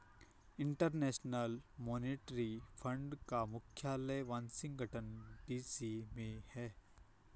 international Monetary Fund का मुख्यालय Washington DC में है